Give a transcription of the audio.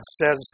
says